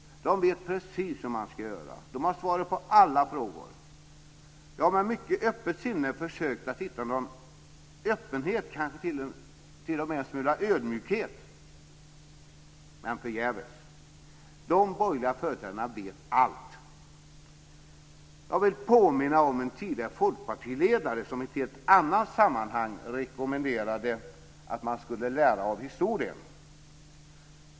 De vet precis hur man ska göra. De har svaret på alla frågor. Jag har med mycket öppet sinne försökt att hitta någon öppenhet och kanske t.o.m. en smula ödmjukhet, men förgäves. De borgerliga företrädarna vet allt. Jag vill påminna om en tidigare folkpartiledare som i ett helt annat sammanhang rekommenderade att man skulle lära av historien.